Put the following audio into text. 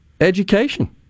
education